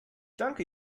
danke